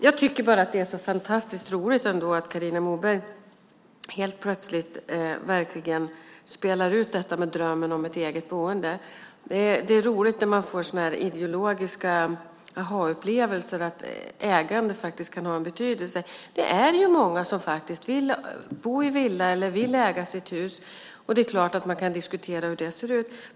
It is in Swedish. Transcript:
Jag tycker att det är så fantastiskt roligt att Carina Moberg helt plötsligt spelar ut detta med drömmen om ett eget boende. Det är roligt när man får sådana här ideologiska aha-upplevelser: att ägande faktiskt kan ha en betydelse. Det är många som faktiskt vill bo i villa eller äga sitt hus, och det är klart att man kan diskutera hur det ser ut.